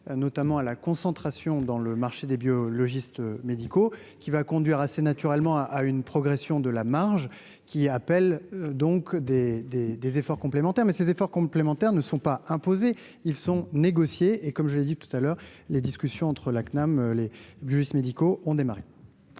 notamment à la concentration dans le marché des biologistes médicaux qui va conduire assez naturellement à à une progression de la marge qui appelle donc des, des, des efforts complémentaires mais ces efforts complémentaires ne sont pas imposés, ils sont négociés et comme j'ai dit tout à l'heure, les discussions entre la CNAM les gestes médicaux ont démarré.